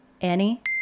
Annie